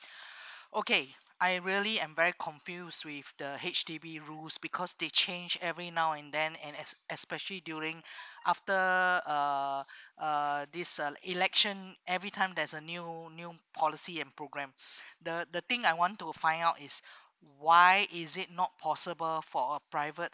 okay I really I'm very confused with the H_D_B rules because they change every now and then and especially during after uh uh this uh election every time there's a new new policy and program the the thing I want to find out is why is it not possible for a private